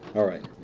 alright.